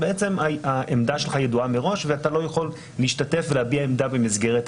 ה-24 שעות זה 24 שעות לפני קיום האסיפה.